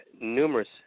numerous